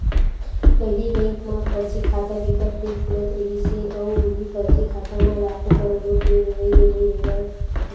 पहिली बेंक म फरजी खाता बिकट के खुलत रिहिस हे अउ उहीं फरजी खाता म लाखो, करोड़ो के लेवई देवई होवय